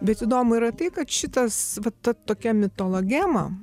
bet įdomu yra tai kad šitas va ta tokia mitologema